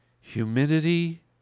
Humidity